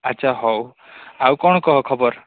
ଆଚ୍ଛା ହଉ ଆଉ କ'ଣ କହ ଖବର